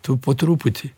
tu po truputį